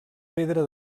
pedra